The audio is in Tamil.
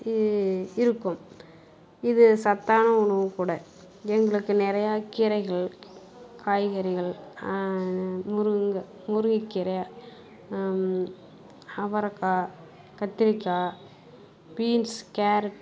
இருக்கும் இது சத்தான உணவு கூட எங்களுக்கு நிறைய கீரைகள் காய்கறிகள் முருங்கை முருங்கைக்கீர அவரக்காய் கத்திரிக்காய் பீன்ஸ் கேரட்